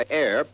air